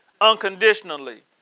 unconditionally